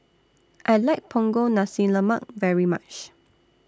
I like Punggol Nasi Lemak very much